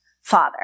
Father